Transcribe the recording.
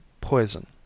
poison